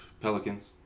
Pelicans